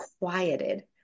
quieted